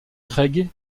craig